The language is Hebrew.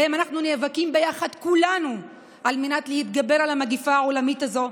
שבהם אנחנו נאבקים ביחד כולנו על מנת להתגבר על המגפה העולמית הזאת,